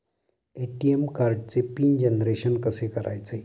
ATM कार्डचे PIN generation कसे करायचे?